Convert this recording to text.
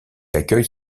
accueille